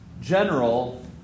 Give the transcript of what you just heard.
general